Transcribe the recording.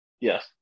Yes